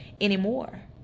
anymore